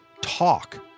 talk